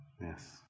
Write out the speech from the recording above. Yes